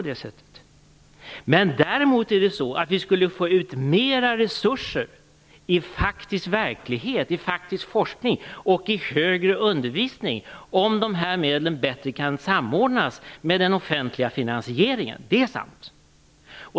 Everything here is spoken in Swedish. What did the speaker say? Däremot skulle vi få ut mer resurser i faktisk forskning och i högre undervisning om de här medlen bättre kunde samordnas med den offentliga finansieringen. Det är sant.